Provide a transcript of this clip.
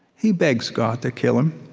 he begs god to kill him,